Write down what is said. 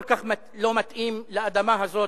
כל כך לא מתאים לאדמה הזאת,